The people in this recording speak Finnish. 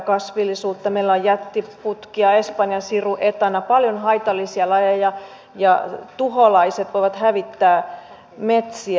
meillä on jättiputki espanjansiruetana paljon haitallisia lajeja ja tuholaiset voivat hävittää metsiä